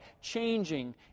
changing